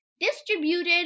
distributed